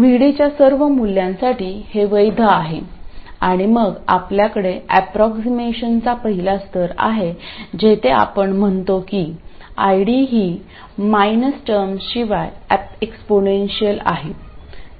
VD च्या सर्व मूल्यांसाठी हे वैध आहे आणि मग आपल्याकडे ऍप्रॉक्सीमेशनचा पहिला स्तर आहे जिथे आपण म्हणतो की ID ही मायनस टर्मशिवाय एक्सपोनेन्शियल आहे